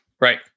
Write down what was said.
Right